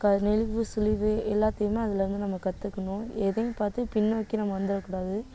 கா நெளிவு சுளிவு எல்லாத்தையுமே அதில் வந்து நம்ம கற்றுக்கணும் எதையும் பார்த்து பின்னோக்கி நம்ம வந்துடுற கூடாது